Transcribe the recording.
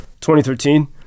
2013